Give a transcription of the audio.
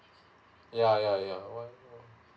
yeah yeah yeah why why